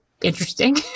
interesting